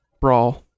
Brawl